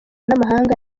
n’amahanga